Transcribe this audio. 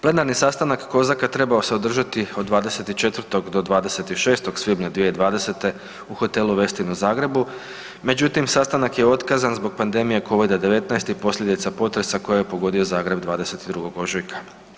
Plenarni sastanak COSAC-a trebao se održati od 24. do 26. svibnja 2020. u hotelu Westin u Zagrebu međutim sastanak je otkazan zbog pandemije COVID-a 19 i posljedica potresa koje je pogodio Zagreb 22. ožujka.